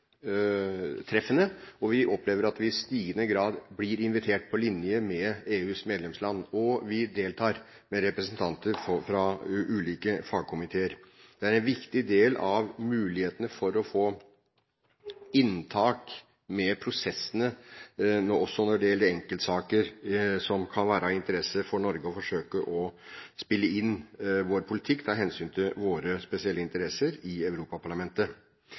og vi opplever at vi i stigende grad blir invitert på linje med EUs medlemsland – og vi deltar med representanter fra ulike fagkomiteer. Det er en viktig del av mulighetene for å komme inn i prosessene også når det gjelder enkeltsaker, der det kan være av interesse for Norge å forsøke å spille inn vår politikk, ta hensyn til våre spesielle interesser i Europaparlamentet.